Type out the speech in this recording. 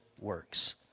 works